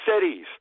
cities